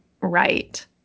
right